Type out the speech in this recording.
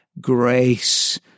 grace